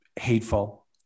hateful